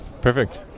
Perfect